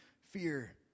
fear